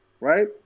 right